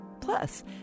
Plus